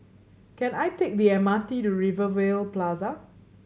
can I take the M R T to Rivervale Plaza